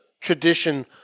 tradition